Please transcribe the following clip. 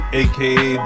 aka